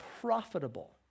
profitable